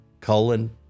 Colon